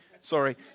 Sorry